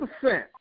percent